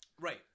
Right